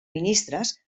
ministres